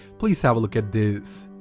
please have a look at this.